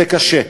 זה קשה,